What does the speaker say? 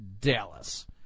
Dallas